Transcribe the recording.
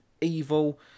evil